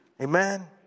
Amen